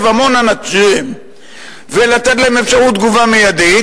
המון אנשים ולתת להם אפשרות תגובה מיידית,